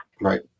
Right